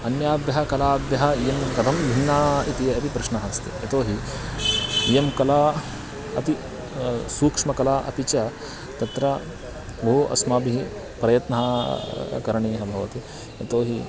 अन्याभ्यः कलाभ्यः इयं कथं भिन्नम् इति यदि प्रश्नः अस्ति यतो हि इयं कला अति सूक्ष्मकला अपि च तत्र बहु अस्माभिः प्रयत्नः करणीयः भवति यतो हि